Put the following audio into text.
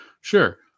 Sure